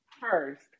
First